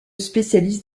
spécialise